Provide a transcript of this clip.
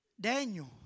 Daniel